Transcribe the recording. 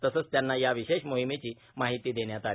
तसेच त्यांना या विशेष मोहीमेची माहिती देण्यात आली